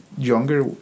Younger